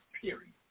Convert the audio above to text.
period